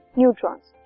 neutrons